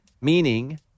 meaning